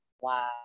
wow